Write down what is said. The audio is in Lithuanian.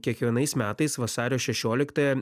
kiekvienais metais vasario šešioliktąją